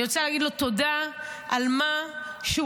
אני רוצה להגיד לו תודה על מה שהוא